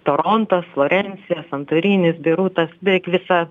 torontas florencija santorinis beirutas beveik visa